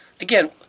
again